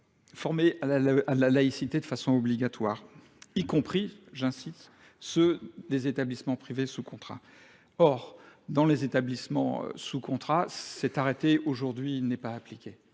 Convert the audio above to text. formé à la laïcité de façon obligatoire, y compris, j'insiste, ceux des établissements privés sous contrat. Or, dans les établissements sous contrat, cet arrêté aujourd'hui n'est pas appliqué.